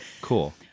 Cool